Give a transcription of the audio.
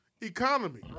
economy